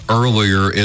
earlier